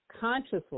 consciously